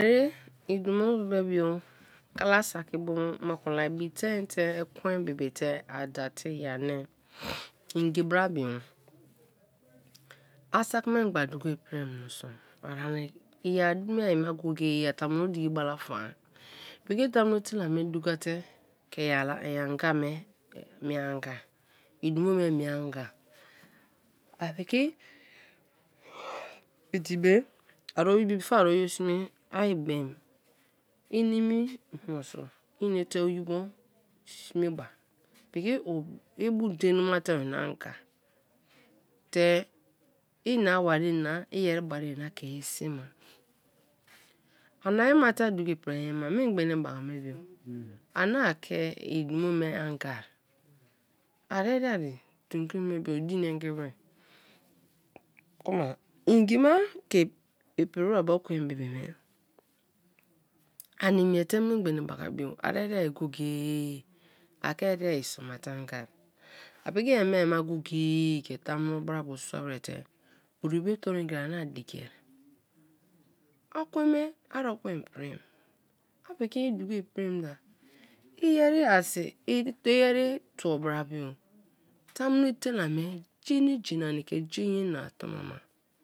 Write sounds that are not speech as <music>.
<unintelligible> i dumo me bio kala saki bu moku la ibi tein te ekwen bibi te a da te ye ani <noise> n-gi bra bio, a saki memgba duko ipri moso <unintelligible> i a mie memgba go-go-e a tamuno diki balafa piki tamuno etela me duka te ke i <hesitation> anga me mie anga, i dumo me mie anga, a piki idi be <hesitation> before ari oyibo sme ai bem inimi mioso ine oyibo sme ba piki i bu derei ma te or na gan te ina wai re na i ere barie na ke ye si ma aniea ma te a duko ipria ma a na ke i dumo me anga, a re ria ye tomkri me bu i din nengi wer kuma n-gi ma ke ipri wer be ekwen bibi me ani miete memgbe-ne baka bio a ereria go-go-e a ke ere ria-ye so ma te anga a piki i a mie ba go-go-e ke tamuno bra bo sua wer te ori be tor ngeri ana dikia; ekwen me ari ekwen i prim a piki duko i prim that i ere <unintelligible> tuo bra bio, tamuno etela me jene, jene ani ke jen ye na ton ma ma.